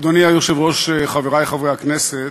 אדוני היושב-ראש, חברי חברי הכנסת,